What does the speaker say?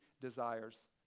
desires